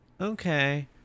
Okay